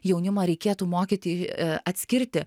jaunimą reikėtų mokyti atskirti